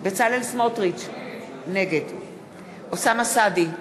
בצלאל סמוטריץ, נגד אוסאמה סעדי,